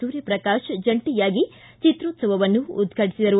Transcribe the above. ಸೂರ್ಯಪ್ರಕಾಶ ಜಂಟಿಯಾಗಿ ಚಿತ್ರೋತ್ಸವವನ್ನು ಉದ್ವಾಟಿಸಿದರು